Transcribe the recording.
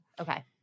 Okay